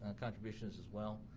and contributions as well.